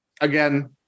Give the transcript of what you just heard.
Again